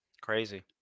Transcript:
Crazy